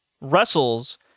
wrestles